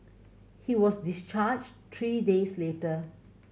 he was discharged three days later